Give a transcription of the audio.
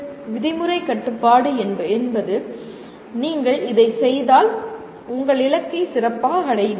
விதிமுறைக் கட்டுப்பாடு என்பது நீங்கள் இதை செய்தால் உங்கள் இலக்கை சிறப்பாக அடைவீர்கள்